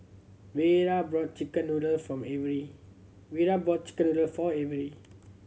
Vera brought chicken noodles from Averi Vera brought chicken noodles for Averi